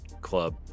club